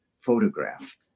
photograph